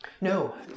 No